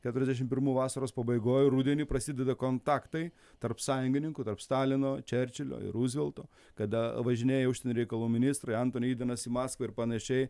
keturiasdešim pirmų vasaros pabaigoj rudenį prasideda kontaktai tarp sąjungininkų tarp stalino čerčilio ir ruzvelto kada važinėja užsienio reikalų ministrai antoni idenas į maskvą ir panašiai